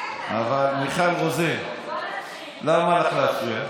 מיכל רוזין, למה לך להפריע?